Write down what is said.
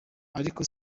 ariko